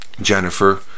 jennifer